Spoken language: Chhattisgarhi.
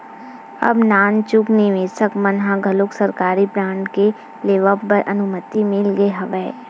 अब नानचुक निवेसक मन ल घलोक सरकारी बांड के लेवब बर अनुमति मिल गे हवय